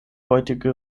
heutige